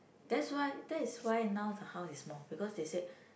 that's why that is why now the house is small because they said